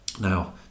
now